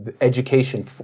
education